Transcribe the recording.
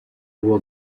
will